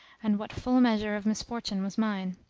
and what full measure of misfortune was mine.